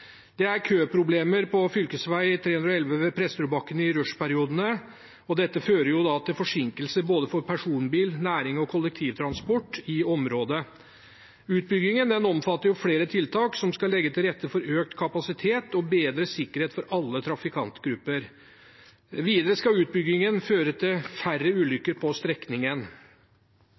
Det er køproblemer på fv. 311 ved Presterødbakken i rushperiodene, og dette fører til forsinkelser for både personbil-, nærings- og kollektivtransport i området. Utbyggingen omfatter flere tiltak som skal legge til rette for økt kapasitet og bedre sikkerhet for alle trafikantgrupper. Videre skal utbyggingen føre til færre ulykker på strekningen.